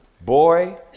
boy